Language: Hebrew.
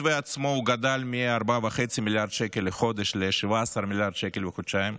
המתווה עצמו גדל מ-4.5 מיליארד שקל לחודש ל-17 מיליארד שקל בחודשיים.